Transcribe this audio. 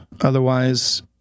otherwise